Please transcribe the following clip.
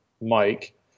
Mike